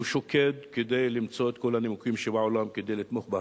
הוא שוקד כדי למצוא את כל הנימוקים שבעולם כדי לתמוך בה,